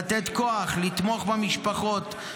לתת כוח ולתמוך במשפחות,